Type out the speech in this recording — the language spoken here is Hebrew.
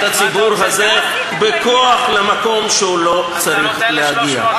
הציבור הזה בכוח למקום שהוא לא צריך להגיע.